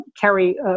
carry